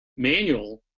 manual